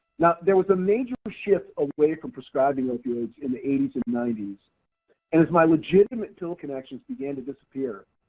now there was a major shift away from prescribing opioids in the eighties and nineties and as my legitimate pill connections began to disappear,